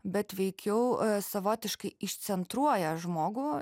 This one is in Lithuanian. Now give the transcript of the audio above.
bet veikiau savotiškai išcentruoja žmogų